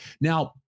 Now